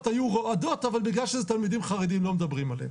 היו רועדות אבל בגלל שזה תלמידים חרדים לא מדברים עליהם.